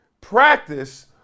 practice